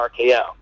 RKO